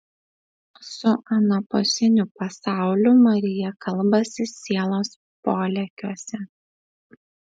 su anapusiniu pasauliu marija kalbasi sielos polėkiuose